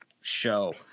show